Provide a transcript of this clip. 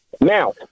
Now